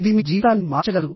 ఇది మీ జీవితాన్ని మార్చగలదు